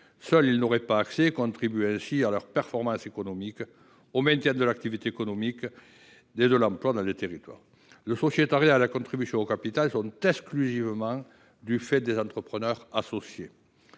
associés n’auraient pas accès seuls, contribuant ainsi à leurs performances économiques, au maintien de l’activité économique et de l’emploi dans les territoires. Le sociétariat et la contribution au capital sont exclusivement le fait des entrepreneurs associés.